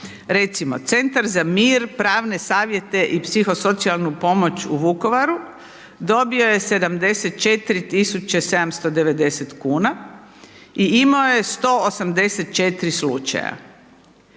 Recimo, centar za mir, pravne savjete i psihosocijalnu pomoć u Vukovar, dobio je 74 tisuće 790 kn i imao je 184 slučaja.